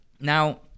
Now